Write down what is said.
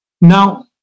Now